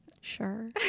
sure